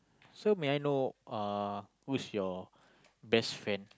so may I know uh who's your best friend